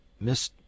Miss